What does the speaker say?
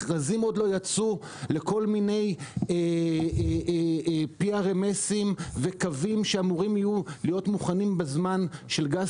מכרזים עוד לא יצאו לכל מיני PRMS וקווים של גז